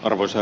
arvoisa